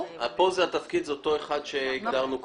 פה התפקיד הוא אותו אחד שהגדרנו קודם.